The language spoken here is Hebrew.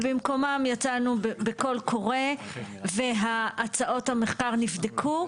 ובמקומם יצאנו בקול קורא והצעות המחקר נבדקו.